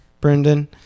Brendan